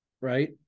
right